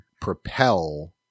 propel